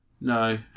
No